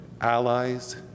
allies